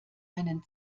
einen